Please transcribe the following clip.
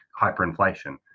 hyperinflation